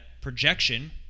projection